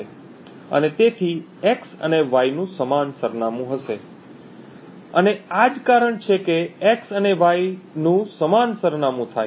અને તેથી x અને y નું સમાન સરનામું હશે અને આ જ કારણ છે કે x અને y સમાન સરનામું થાય